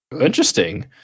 Interesting